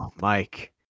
Mike